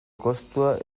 kostua